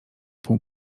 pół